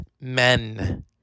men